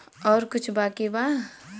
और कुछ बाकी बा?